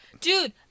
dude